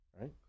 Right